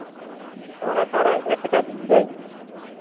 थोड़ा थोड़ा एडजस्ट कर लिन जाइ